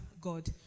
God